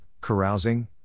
carousing